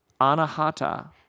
anahata